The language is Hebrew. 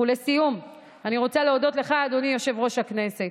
לסיום אני רוצה להודות לך, אדוני יושב-ראש הכנסת,